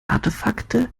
artefakte